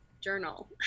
journal